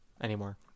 anymore